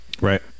Right